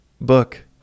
book